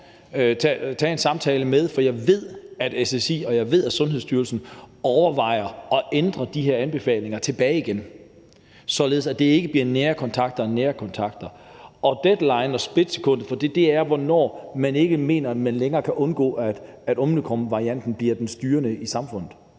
tage en samtale med SSI, for jeg ved, at SSI og Sundhedsstyrelsen overvejer at ændre de her anbefalinger tilbage igen, således at det ikke bliver nære kontakter til nære kontakter. Deadline og splitsekundet for det er, hvornår man ikke mener, man længere kan undgå, at omikronvarianten bliver den styrende for smitten